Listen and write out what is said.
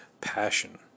passion